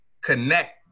connect